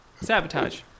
Sabotage